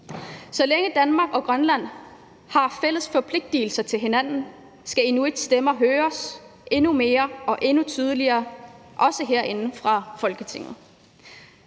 Så længe Danmark og Grønland har fælles forpligtigelser over for hinanden, skal kalaallits/inuits stemmer høres endnu mere og endnu tydeligere, også herinde i Folketinget.